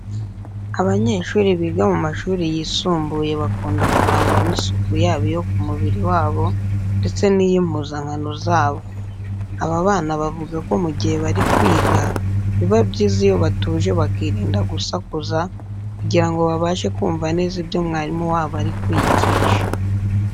Abanyeshuri biga mu mashuri yisumbuye bakunda kurangwa n'isuku yaba iyo ku mubiri wabo ndetse n'iy'impuzankano zabo. Aba bana bavuga ko mu gihe bari kwiga, biba byiza iyo batuje bakirinda gusakuza kugira ngo babashe kumva neza ibyo mwarimu wabo ari kwigisha.